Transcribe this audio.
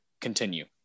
continue